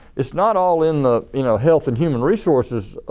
it's not all in the you know health and human resources